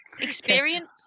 experience